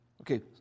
Okay